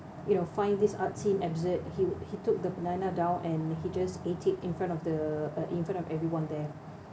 you know find this art scene absurd he would he took the banana down and he just ate it in front of the uh in front of everyone there